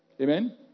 Amen